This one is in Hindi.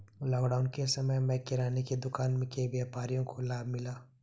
लॉकडाउन के समय में किराने की दुकान के व्यापारियों को लाभ मिला है